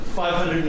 500